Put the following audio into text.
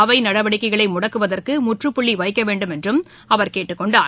அவை நடவடிக்கைகளை முடக்குவதற்கு முற்றுப்புள்ளி வைக்க வேண்டும் என்றும் அவர் கேட்டுக்கொண்டார்